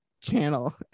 channel